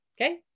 Okay